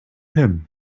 him